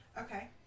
Okay